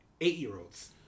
eight-year-olds